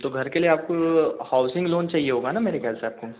तो घर के लिए आपको हाउसिंग लोन चाहिए होगा ना मेरे ख्याल से आपको